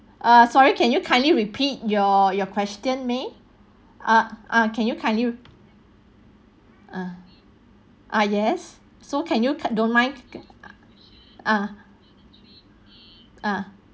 ah sorry can you can you repeat your your question may ah ah can you can you uh ah yes so can you don't mind ah ah